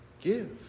Give